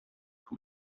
who